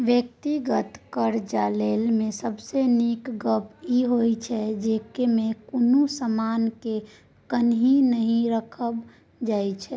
व्यक्तिगत करजा लय मे सबसे नीक गप ई होइ छै जे ई मे कुनु समान के बन्हकी नहि राखल जाइत छै